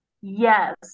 Yes